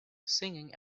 singing